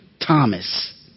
Thomas